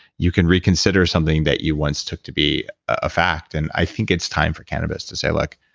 you can reconsider something that you once took to be a fact. and i think it's time for cannabis to say, look,